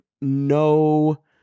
no